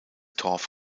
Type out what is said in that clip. torf